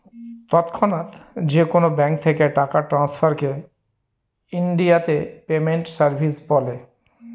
তৎক্ষণাৎ যেকোনো ব্যাঙ্ক থেকে টাকা ট্রান্সফারকে ইনডিয়াতে পেমেন্ট সার্ভিস বলে